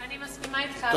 אני מסכימה אתך.